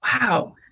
wow